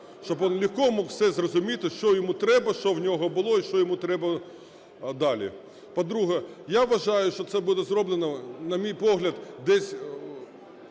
щоби він легко міг все зрозуміти, що йому треба, що в нього було і що йому треба далі. По-друге, я вважаю, що це буде зроблено, на мій погляд, десь